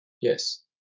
yes